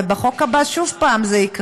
ובחוק הבא זה שוב יקרה.